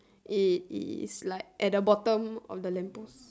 it its like at the bottom of the lamp post